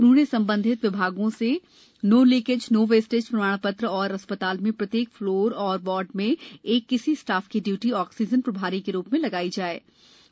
उन्होंने सबंधित विभागों से नो लीकेज नो वेस्टेज प्रमाण त्र जुटाने और अस् ताल में प्रत्येक फ्लोर या वार्ड में एक किसी स्टॉफ की इयूटी ऑक्सीजन प्रभारी के रू में लगाने को कहा है